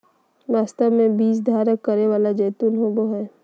वास्तव में बीज धारण करै वाला जैतून होबो हइ